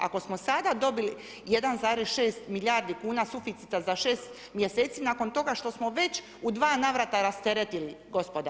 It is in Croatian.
Ako smo sada dobili 1,6 milijardi kuna suficita za 6 mjeseci nakon toga što smo već u dva navrata rasteretili gospodarstvo.